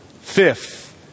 Fifth